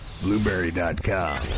Blueberry.com